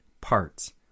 parts